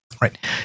Right